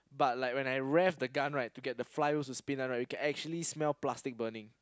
but like when I get rev the gun right to get the fly wheels to spin right you can actually smell plastic burning